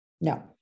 No